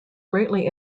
greatly